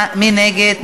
מי נגד?